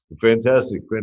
fantastic